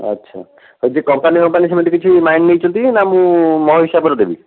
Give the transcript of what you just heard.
ଆଚ୍ଛା ହଉ ଯେ କମ୍ପାନୀ ଫମ୍ପାନୀ ସେମିତି କିଛି ନେଇଛନ୍ତି ନା ମୁଁ ମୋ ହିସାବରେ ଦେବି